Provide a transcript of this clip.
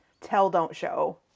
tell-don't-show